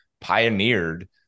pioneered